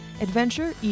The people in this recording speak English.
Adventure